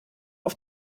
auf